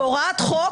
בהוראת חוק,